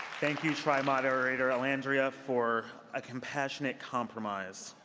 thank you, tri-moderator elandria for a compassionate compromise.